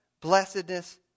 blessedness